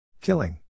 Killing